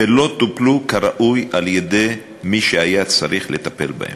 ולא טופלו כראוי על-ידי מי שהיה צריך לטפל בהן.